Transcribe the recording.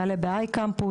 זה יעלה ב-I campus,